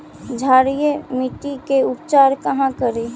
क्षारीय मिट्टी के उपचार कहा करी?